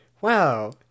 wow